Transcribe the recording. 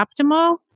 optimal